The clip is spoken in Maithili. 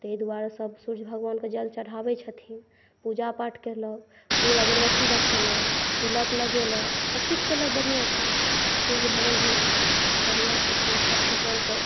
तैं दुआरे सभ सूर्य भगवानके जल चढ़ाबै छथिन पूजा पाठ केलहुँ फूल अगरबत्ती देखलहुॅं तिलक लगेलहुँ सभ किछु केलहुँ बढ़िआँसॅं सूर्य भगवान बहुत बढ़िआँ छथिन सभ भगवानकेॅं